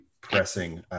pressing